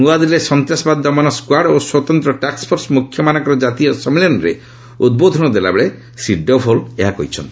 ନୂଆଦିଲ୍ଲୀରେ ସନ୍ତାସବାଦ ଦମନ ସ୍କ୍ୱାର୍ଡ୍ ଓ ସ୍ୱତନ୍ତ ଟାକ୍ୱଫୋର୍ସ ମୁଖ୍ୟମାନଙ୍କର କାତୀୟ ସମ୍ମିଳନୀରେ ଉଦ୍ବୋଧନ ଦେଲାବେଳେ ଶ୍ରୀ ଡୋଭଲ ଏହା କହିଛନ୍ତି